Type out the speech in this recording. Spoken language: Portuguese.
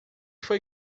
foi